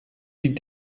die